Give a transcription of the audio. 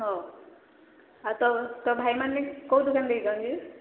ହଉ ଆଉ ତୋ ତୋ ଭାଇମାନେ କୋଉ ଦୋକାନ ଦେଇଛନ୍ତି